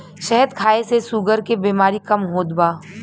शहद खाए से शुगर के बेमारी कम होत बा